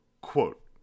Quote